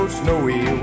snowy